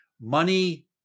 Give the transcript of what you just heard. money